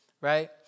right